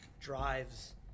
drives